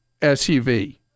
SUV